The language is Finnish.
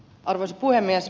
arvoisa puhemies